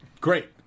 Great